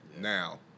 Now